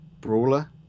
Brawler